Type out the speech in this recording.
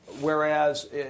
Whereas